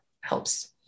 helps